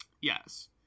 Yes